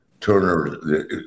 Turner